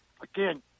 again